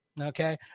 Okay